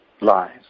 lies